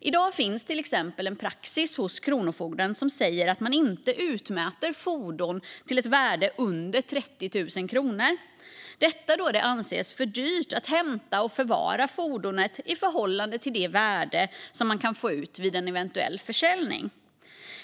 I dag finns det till exempel en praxis hos kronofogden som säger att man inte utmäter fordon med ett värde under 30 000 kronor, detta då det anses för dyrt att hämta och förvara fordonet i förhållande till det värde som man kan få ut vid en eventuell försäljning.